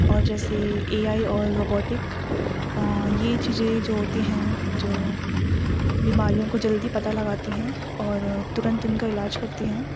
اور جیسے اے آئی اور روبوٹک یہ چیزیں جو ہوتی ہیں جو بیماریوں کو جلدی پتا لگاتی ہیں اور ترنت ان کا علاج کرتی ہیں